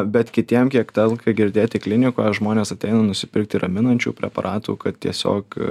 bet kitiem kiek tenka girdėti klinikoj žmonės ateina nusipirkti raminančių preparatų kad tiesiog